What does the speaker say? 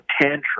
tantrum